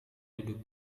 duduk